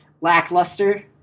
lackluster